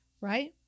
right